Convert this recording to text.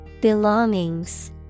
Belongings